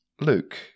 Luke